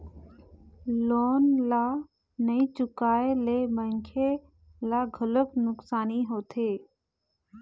loan ल नइ चुकाए ले मनखे ल घलोक नुकसानी होथे